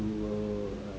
to uh